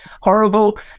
horrible